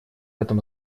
этом